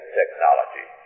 technology